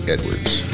Edwards